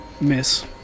Miss